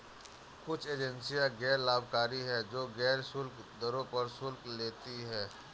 कुछ एजेंसियां गैर लाभकारी हैं, जो गैर शुल्क दरों पर शुल्क लेती हैं